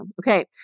Okay